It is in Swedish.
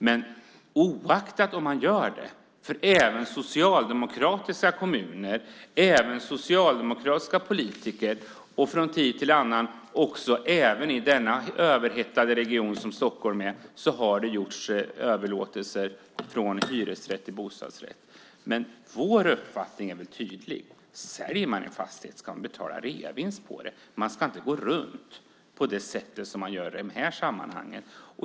Men oaktat detta - även i socialdemokratiska kommuner och av socialdemokratiska politiker, från tid till annan också i denna överhettade region som Stockholm är - har det gjorts överlåtelser från hyresrätt till bostadsrätt. Vår uppfattning är tydlig: Säljer man en fastighet ska man betala reavinstskatt. Man ska inte gå runt på det sätt som man gör i de här sammanhangen.